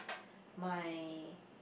my